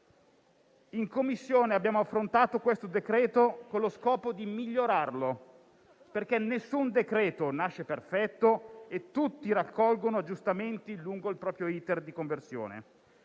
In Commissione abbiamo affrontato questo provvedimento con lo scopo di migliorarlo, perché nessun decreto-legge nasce perfetto e tutti raccolgono aggiustamenti lungo il proprio *iter* di conversione.